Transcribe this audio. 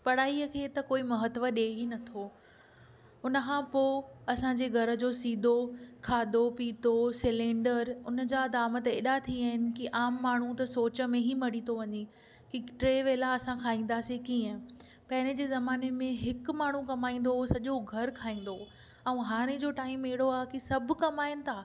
पढ़ाईअ खे त कोई महत्व ॾे ई नथो हुन खां पोइ असांजो घर जो सीदो खादो पीतो सिलेंडर हुन जा दाम त एॾा थी विया आहिनि त आम माण्हू त सोच में ई मड़ी थो वञे की टे वेला असां खाईंदासीं कीअं पहिररियों जे ज़माने में हिकु माण्हू कमाईंदो हुओ सॼो घरु खाईंदो हुओ ऐं हाणे जो टाइम अहिड़ो आहे की सभु कमाइनि था